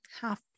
half